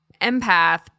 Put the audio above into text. empath